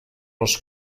les